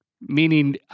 Meaning